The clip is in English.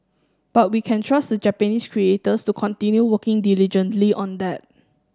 but we can trust the Japanese creators to continue working diligently on that